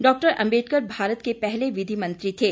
डा अम्बेडकर भारत के पहले विधि मंत्री थे